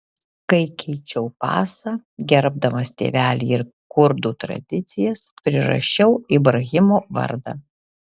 kai keičiau pasą gerbdamas tėvelį ir kurdų tradicijas prirašiau ibrahimo vardą